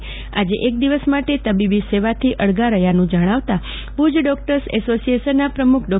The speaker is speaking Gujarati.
અને આજે એક દિવસ માટે તબીબી સેવાથી અળગા રહ્યાનું જણાવતા ભુજ ડોકટર્સ એસોસીએશનના પ્રમુખ ડો